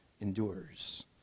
endures